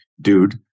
Dude